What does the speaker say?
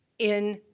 in,